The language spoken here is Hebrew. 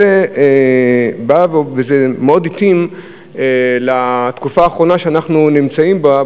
זה מאוד מתאים לתקופה האחרונה שאנחנו נמצאים בה,